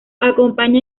acompaña